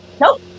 Nope